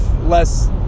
less